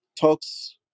talks